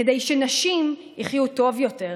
כדי שנשים יחיו טוב יותר,